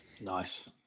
Nice